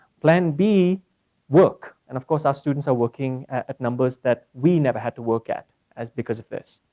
plan b work and of course our students are working at numbers that we never had to work at as because of this.